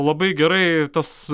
labai gerai tas